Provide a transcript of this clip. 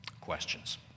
questions